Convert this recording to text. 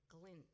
glint